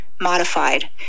Modified